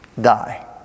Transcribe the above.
die